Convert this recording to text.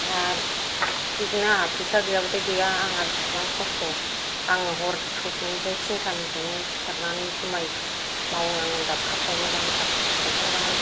आरो बिदिनो आंहा फैसा गैयाबाथाय गैया आंहा बेसेबां खस्थ' आङो हर ससेनिफ्राय थिन्थानिफ्रायनो सिखारनानै जुमाइ मावनाङो दाबखा थायनै गाहाम थाब थाइथाम गाहाम